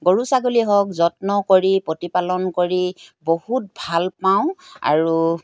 গৰু ছাগলী হওক যত্ন কৰি প্ৰতিপালন কৰি বহুত ভালপাওঁ আৰু